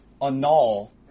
annul